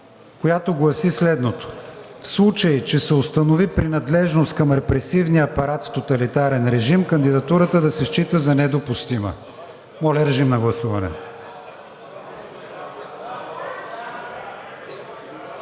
която гласи следното: „В случай че се установи принадлежност към репресивния апарат с тоталитарен режим, кандидатурата да се счита за недопустима.“ Моля, режим на гласуване.